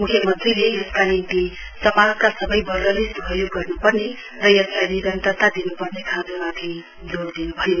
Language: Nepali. म्ख्यमन्त्रीले यसका निम्ति समाजका सबै वर्गले सहयोग गर्न्पर्ने र यसलाई निरन्तरता दिन्पर्ने खाँचो माथि जोड़ दिन्भयो